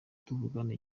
tuvugana